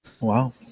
Wow